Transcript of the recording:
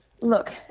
look